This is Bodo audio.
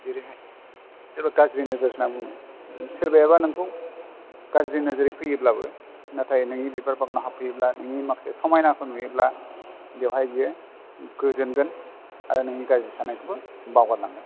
जेरैहाइ सोरबा गाज्रि नोजोर नाङो सोरबाबाया नोंखौ गाज्रि नोजोरै फैयोब्लाबो नाथाइ नोंनि बिबार बागानाव हाबफैयोब्ला नोंनि माखासे समाइना खौ नुयोब्ला बेवहाइ बियो गोजोनगोन आरो नों गाज्रि साननाइखौबो बावगारलांगोन